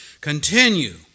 Continue